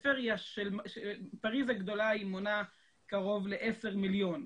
פריז הגדולה מונה קרוב לעשרה מיליון,